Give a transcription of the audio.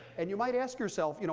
and you might ask yourself, you know